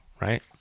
Right